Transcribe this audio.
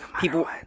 people